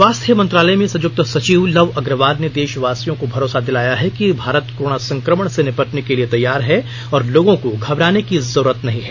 स्वास्थ्य मंत्रालय में संयुक्त सचिव लव अग्रवाल ने देशवासियों को भरोसा दिलाया है कि भारत कोरोना संक्रमण से निबटने के लिए तैयार है और लोगों को घबराने की जरुरत नहीं है